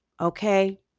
Okay